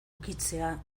ukitzea